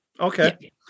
Okay